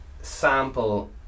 sample